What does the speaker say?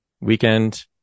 weekend